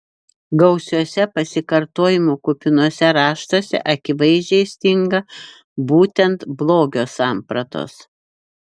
gausiuose pasikartojimų kupinuose raštuose akivaizdžiai stinga būtent blogio sampratos